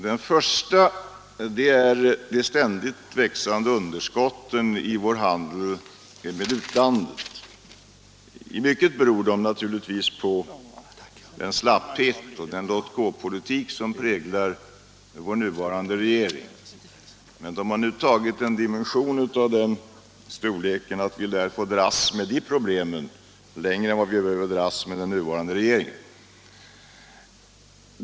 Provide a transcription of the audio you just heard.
Det första problemet är de ständigt växande underskotten i vår handel med utlandet. I mycket beror underskotten naturligtvis på den slapphet och låtgåpolitik som präglar vår nuvarande regering, men de har nu tagit sådana dimensioner att vi lär få dras med de här problemen längre än vi behöver dras med den nuvarande regeringen.